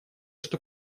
что